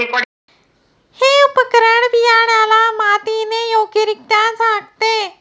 हे उपकरण बियाण्याला मातीने योग्यरित्या झाकते